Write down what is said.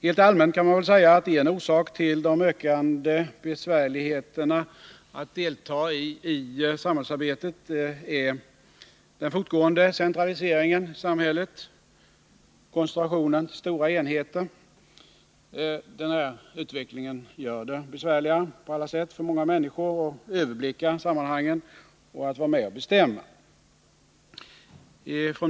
Helt allmänt vill jag säga att en orsak till de ökande besvärligheterna att delta i samhällsarbetet är den fortgående centraliseringen i samhället, koncentrationen till stora enheter. Denna utveckling gör det på alla sätt besvärligare för många människor att överblicka sammanhangen och att vara med och bestämma.